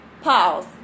pause